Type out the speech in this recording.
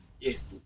Yes